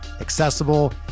accessible